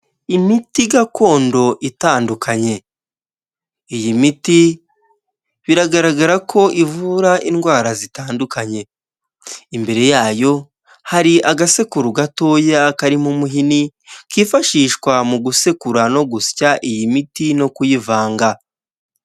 Imiti gakondo itandukanye iyi miti biragaragara ko ivura indwara zitandukanye imbere yayo hari agasekuru gatoya karimo umuhini kifashishwa mu gusekura no gusya iyi miti no kuyivanga.